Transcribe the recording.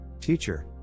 Teacher